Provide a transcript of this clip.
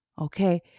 okay